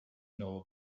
know